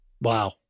Wow